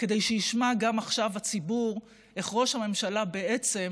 כדי שישמע גם עכשיו הציבור איך ראש הממשלה בעצם